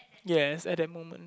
yes at that moment